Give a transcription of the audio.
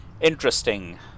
interesting